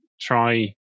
try